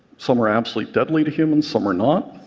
some are absolutely deadly to humans, some are not.